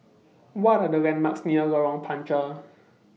What Are The landmarks near Lorong Panchar